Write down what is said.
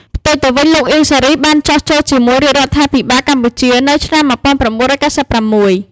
ផ្ទុយទៅវិញ លោកអៀង សារី បានចុះចូលជាមួយរាជ រដ្ឋាភិបាលកម្ពុជានៅឆ្នាំ១៩៩៦ ។